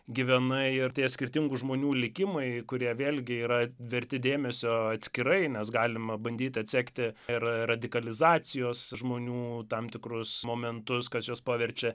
gyvenai artėja skirtingų žmonių likimai kurie vėlgi yra verti dėmesio atskirai nes galima bandyti atsekti ir radikalizacijos žmonių tam tikrus momentus kas juos paverčia